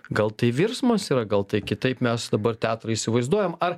gal tai virsmas yra gal tai kitaip mes dabar teatrą įsivaizduojam ar